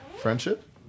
friendship